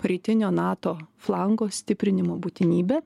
rytinio nato flango stiprinimo būtinybė